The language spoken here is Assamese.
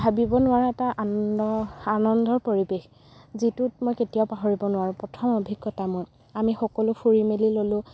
ভাবিব নোৱাৰা এটা আনন্দ আনন্দৰ পৰিৱেশ যিটোক মই কেতিয়াও পাহৰিব নোৱাৰোঁ প্ৰথম অভিজ্ঞতা মোৰ আমি সকলো ফুৰি মেলি ল'লোঁ